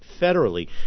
federally